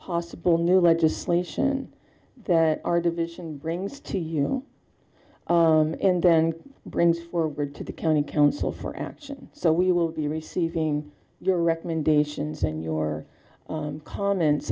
possible new legislation that our division brings to you and then brings forward to the county council for action so we will be receiving your recommendations and your comments